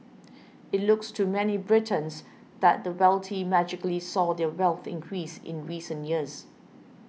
it looks to many Britons that the wealthy magically saw their wealth increase in recent years